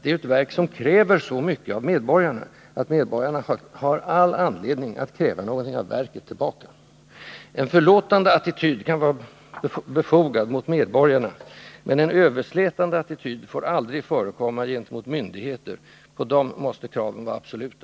Det är ett verk som kräver så mycket av medborgarna, att medborgarna har all anledning att i gengäld kräva någonting motsvarande av verket. En förlåtande attityd kan vara befogad mot medborgarna, men en överslätande attityd får aldrig förekomma gentemot myndigheter — på dessa måste kraven vara absoluta.